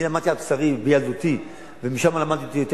למדתי על בשרי בילדותי ומשם למדתי יותר